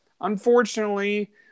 Unfortunately